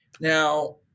Now